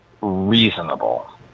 reasonable